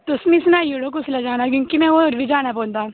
तुस मिगी सनाई ओड़ेओ कुसलै जाना क्योंकि में कुदै होर बी जाना पौंदा